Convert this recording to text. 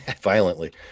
violently